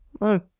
No